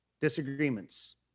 disagreements